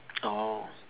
orh